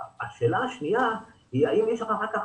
השאלה השנייה היא האם יש לך אחר כך